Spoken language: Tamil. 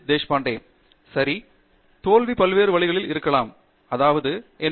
தேஷ்பாண்டே சரி தோல்வி பல்வேறு வழிகளில் இருக்கலாம் அதாவது என் டி